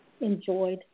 enjoyed